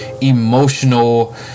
emotional